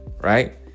Right